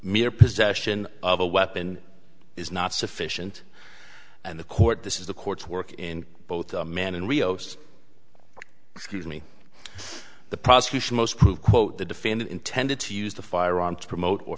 mere possession of a weapon is not sufficient and the court this is the court's work in both man and rios scrutiny the prosecution most prove quote the defendant intended to use the firearm to promote or